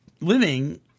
living